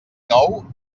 nou